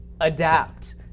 adapt